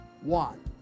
One